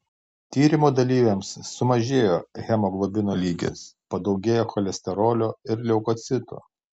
tyrimo dalyviams sumažėjo hemoglobino lygis padaugėjo cholesterolio ir leukocitų